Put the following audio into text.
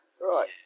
Right